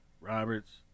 Roberts